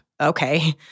Okay